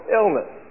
illness